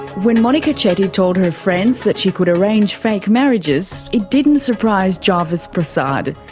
when monika chetty told her friends that she could arrange fake marriages, it didn't surprise jarvis prasad.